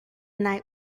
night